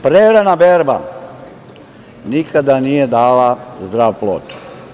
Prerana berba nikada nije dala zdrav plod.